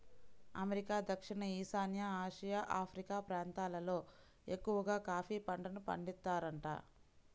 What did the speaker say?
America, దక్షిణ ఈశాన్య Asia, Africa ప్రాంతాలల్లో ఎక్కవగా కాఫీ పంటను పండిత్తారంట